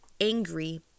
angry